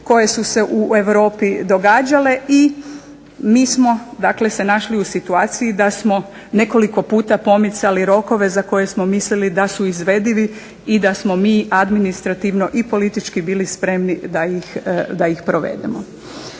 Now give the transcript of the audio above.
koje su se u Europi događale i mi smo, dakle se našli u situaciji da smo nekoliko puta pomicali rokove za koje smo mislili da su izvedivi i da smo mi administrativno i politički bili spremni da ih provedemo.